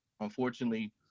unfortunately